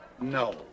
No